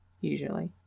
usually